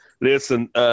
listen